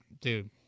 dude